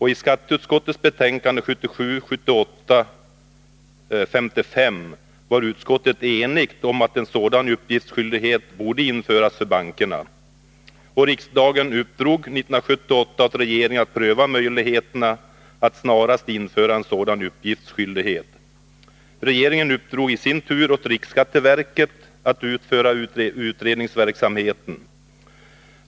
I skatteutskottets betänkande 1977/78:55 var utskottet enigt om att en sådan uppgiftsskyldighet borde införas för bankerna. 1978 uppdrog riksdagen åt regeringen att pröva möjligheterna att snarast införa en sådan uppgiftsskyldighet. Regeringen uppdrog i sin tur åt riksskatteverket att utföra utredningsarbetet.